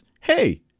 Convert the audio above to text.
hey